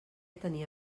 tenia